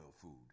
food